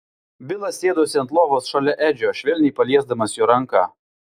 bilas sėdosi ant lovos šalia edžio švelniai paliesdamas jo ranką